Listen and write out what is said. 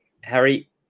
Harry